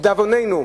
לדאבוננו,